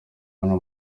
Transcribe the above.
hano